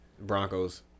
Broncos